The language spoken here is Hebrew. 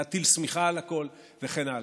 להטיל שמיכה על הכול וכן הלאה.